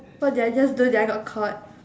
what did I just do did I just got caught